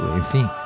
enfim